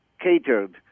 catered